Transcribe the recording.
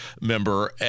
member